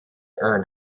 earn